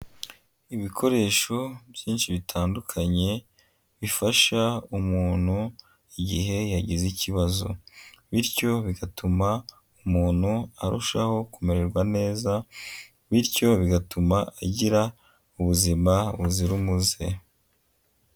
Ibikoresho byinshi bitandukanye bifasha umuntu igihe yagize ikibazo, bityo bigatuma umuntu arushaho kumererwa neza, bityo bigatuma agira ubuzima buzira umuze.